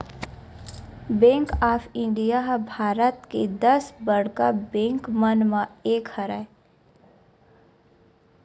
bank of India ह भारत के दस बड़का बेंक मन म एक हरय